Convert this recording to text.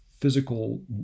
physical